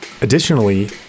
Additionally